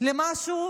במשהו